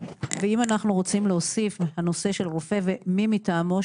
אם אנחנו רוצים להוסיף את הנושא של הרופא או מי מטעמו,